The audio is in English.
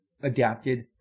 adapted